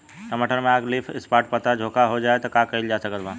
टमाटर में अगर लीफ स्पॉट पता में झोंका हो जाएँ त का कइल जा सकत बा?